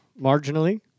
marginally